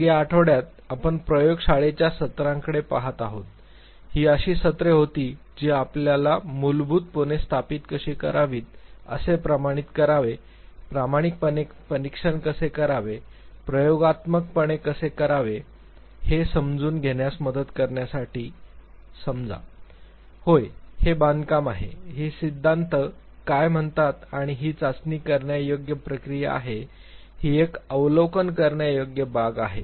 मग या आठवड्यात आम्ही प्रयोगशाळेच्या सत्रांकडे पाहत आहोत ही अशी सत्रे होती जी आपल्याला मूलभूतपणे सत्यापित कशी करावीत कसे प्रमाणित करावे प्रामाणिकपणे परीक्षण कसे करावे प्रयोगात्मकपणे कसे ठरवायचे हे समजून घेण्यास मदत करण्यासाठी समजा होय हे बांधकाम आहे हे सिद्धांत काय म्हणतात आणि ही चाचणी करण्यायोग्य प्रक्रिया आहे ही एक अवलोकन करण्यायोग्य बाब आहे